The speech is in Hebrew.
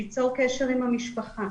שייצור קשר עם המשפחה,